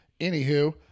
Anywho